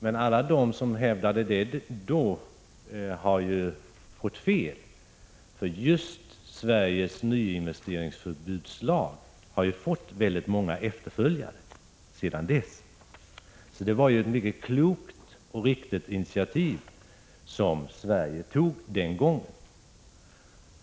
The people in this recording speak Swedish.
Men alla som hävdade detta då har fått fel. Just Sveriges lag om förbud mot nyinvesteringar har fått många efterföljare sedan dess. Det var således ett mycket klokt och riktigt initiativ som Sverige tog denna gång.